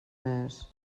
mes